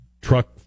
truck